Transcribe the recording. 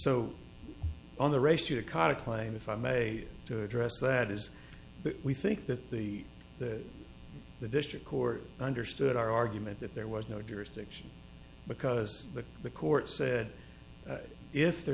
so on the race you to kind of claim if i may to address that is that we think that the that the district court understood our argument that there was no jurisdiction because the the court said if there